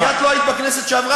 כי את לא היית בכנסת שעברה,